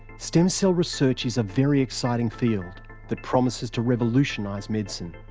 stem cell research is a very exciting field that promises to revolutionise medicine.